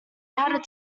had